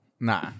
nah